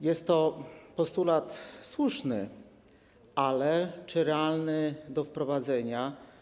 Jest to postulat słuszny, ale czy realny do wprowadzenia?